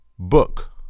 Book